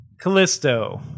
Callisto